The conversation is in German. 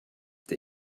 der